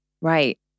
right